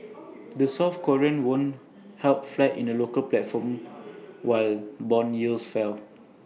the south Korean won held flat in the local platform while Bond yields fell